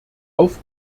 auf